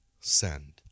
send